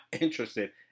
interested